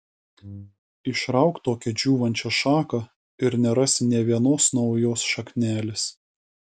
išrauk tokią džiūvančią šaką ir nerasi nė vienos naujos šaknelės